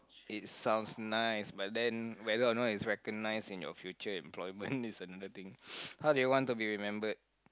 it sounds nice but then whether or not it's recognise in your future employment it's another thing how do you want to be remembered